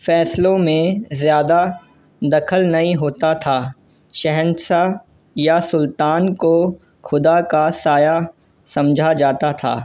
فیصلوں میں زیادہ دخل نہیں ہوتا تھا شہنشاہ یا سلطان کو خدا کا سایہ سمجھا جاتا تھا